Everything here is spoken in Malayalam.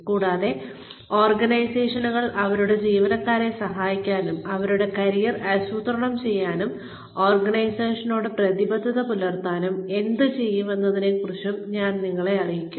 കൂടാതെ ഓർഗനൈസേഷനുകൾ അവരുടെ ജീവനക്കാരെ സഹായിക്കാനും അവരുടെ കരിയർ ആസൂത്രണം ചെയ്യാനും ഓർഗനൈസേഷനോട് പ്രതിബദ്ധത പുലർത്താനും എന്തുചെയ്യുന്നുവെന്നതിനെക്കുറിച്ചും ഞാൻ നിങ്ങളെ അറിയിക്കും